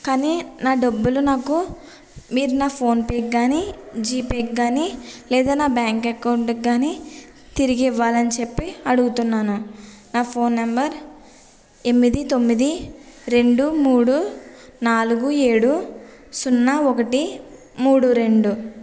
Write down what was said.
కానీ నా డబ్బులు నాకు మీరు నా ఫోన్పేకి కానీ జీపేకి కానీ లేదా నా బ్యాంక్ అకౌంట్కి కానీ తిరిగి ఇవ్వాలని చెప్పి అడుగుతున్నాను నా ఫోన్ నెంబర్ ఎనిమిది తొమ్మిది రెండు మూడు నాలుగు ఏడు సున్నా ఒకటి మూడు రెండు